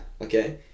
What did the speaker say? okay